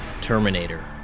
Terminator